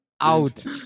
out